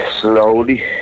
slowly